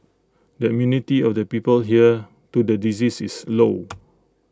the immunity of the people here to the disease is low